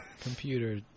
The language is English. computer